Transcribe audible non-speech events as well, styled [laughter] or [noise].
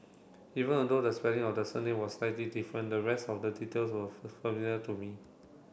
even a though the spelling of the surname was slightly different the rest of the details were [unintelligible] familiar to me